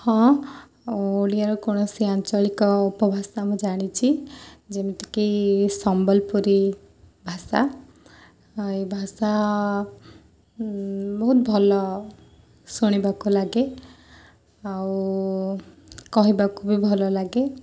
ହଁ ଓଡ଼ିଆର କୌଣସି ଆଞ୍ଚଳିକ ଉପଭାଷା ମୁଁ ଜାଣିଛି ଯେମିତିକି ସମ୍ବଲପୁରୀ ଭାଷା ଏଇ ଭାଷା ବହୁତ ଭଲ ଶୁଣିବାକୁ ଲାଗେ ଆଉ କହିବାକୁ ବି ଭଲଲାଗେ